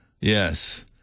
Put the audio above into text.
Yes